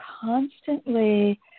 constantly